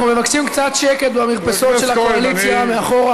אנחנו מבקשים קצת שקט במרפסות של הקואליציה מאחור.